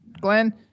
Glenn